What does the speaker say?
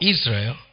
Israel